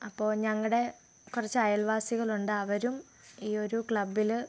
അപ്പോൾ ഞങ്ങളുടെ കുറച്ച് അയൽവാസികളുണ്ട് അവരും ഈ ഒരു ക്ലബിൽ